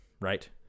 right